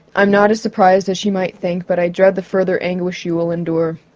i'm not as surprised as you might think but i dread the further anguish you will endure.